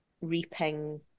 reaping